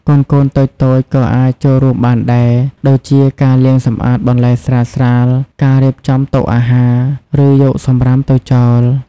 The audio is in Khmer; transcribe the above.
កូនៗតូចៗ ក៏អាចចូលរួមបានដែរ ដូចជាការលាងសម្អាតបន្លែស្រាលៗ ការរៀបចំតុអាហារ ឬយកសំរាមទៅចោល ។